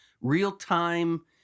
real-time